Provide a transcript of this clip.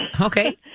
okay